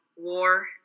war